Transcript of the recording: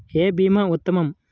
ఏ భీమా ఉత్తమము?